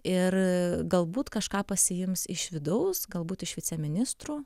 ir galbūt kažką pasiims iš vidaus galbūt iš viceministrų